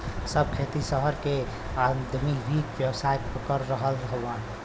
सब खेती सहर के आदमी भी व्यवसाय कर रहल हउवन